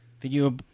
Video